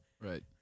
Right